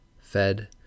fed